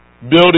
Building